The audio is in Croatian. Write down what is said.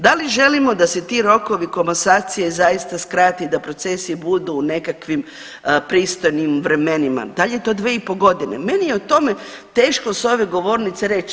Da li želimo da se ti rokovi komasacije zaista skrate i da procesi budu u nekakvim pristojnim vremenima, da li je to 2,5 godine meni je o tome teško s ove govornice reći.